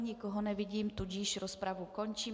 Nikoho nevidím, tudíž rozpravu končím.